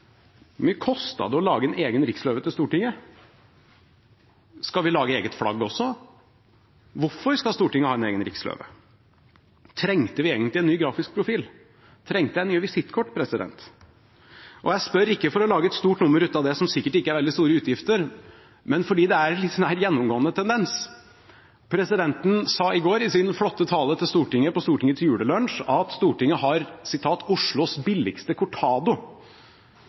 til Stortinget? Skal vi lage eget flagg også? Hvorfor skal Stortinget ha en egen riksløve? Trengte vi egentlig en ny grafisk profil? Trengte jeg nye visittkort? Jeg spør ikke for å lage et stort nummer av noe som sikkert ikke er den veldig store utgiften, men fordi det er en gjennomgående tendens. Presidenten sa i går i sin flotte tale til Stortinget på Stortingets julelunsj at Stortinget har «Oslos billigste cortado». Trenger Stortinget Oslos billigste cortado?